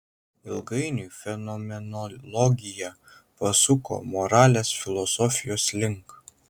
ilgainiui fenomenologija pasuko moralės filosofijos link